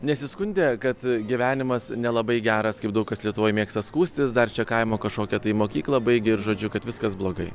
nesiskundė kad gyvenimas nelabai geras kaip daug kas lietuvoj mėgsta skųstis dar čia kaimo kažkokią tai mokyklą baigė ir žodžiu kad viskas blogai